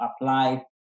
apply